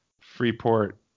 Freeport